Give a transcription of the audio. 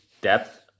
depth